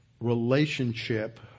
relationship